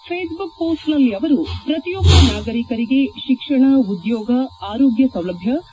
Facebook ಮೋಸ್ನಲ್ಲಿ ಅವರು ಪ್ರತಿಯೊಬ್ಲ ನಾಗರಿಕರಿಗೆ ಶಿಕ್ಷಣ ಉದ್ಲೋಗ ಆರೋಗ್ನ ಸೌಲಭ್ಲ